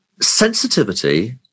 Sensitivity